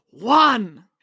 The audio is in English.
One